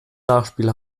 nachspiel